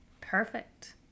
Perfect